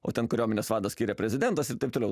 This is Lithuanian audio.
o ten kariuomenės vadą skiria prezidentas ir taip toliau